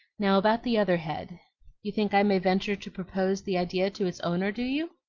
now, about the other head you think i may venture to propose the idea to its owner, do you?